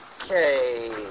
Okay